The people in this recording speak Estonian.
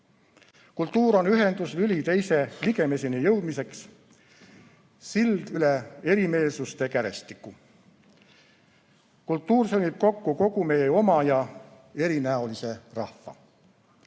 Kultuur on ühenduslüli teise ligimeseni jõudmiseks, sild üle erimeelsuste kärestiku. Kultuur sõlmib kokku kogu meie oma- ja erinäolise rahva.